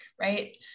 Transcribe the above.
right